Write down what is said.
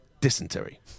dysentery